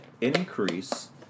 increase